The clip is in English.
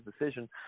decision